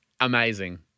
Amazing